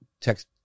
text